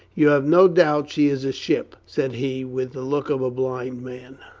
you have no doubt she is a ship? said he, with a look of a blind man,